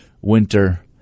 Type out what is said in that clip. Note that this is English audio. winter